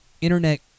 internet